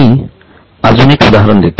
मी अजून एक उदाहरण देतो